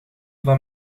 van